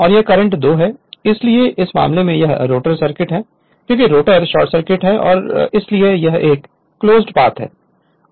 और यह करंट 2 है इसलिए इस मामले में यह रोटर सर्किट है क्योंकि रोटर शॉर्ट सर्किट है इसलिए यह एक क्लोज पाथ है